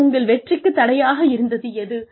மேலும் உங்கள் வெற்றிக்குத் தடையாக இருந்தது எது